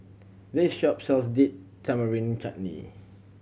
this shop sells Date Tamarind Chutney